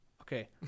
Okay